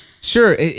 Sure